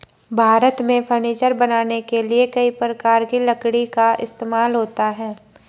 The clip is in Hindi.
भारत में फर्नीचर बनाने के लिए कई प्रकार की लकड़ी का इस्तेमाल होता है